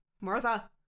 Martha